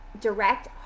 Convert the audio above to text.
direct